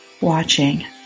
watching